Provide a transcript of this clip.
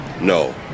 No